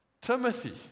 Timothy